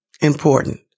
important